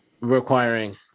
requiring